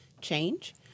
change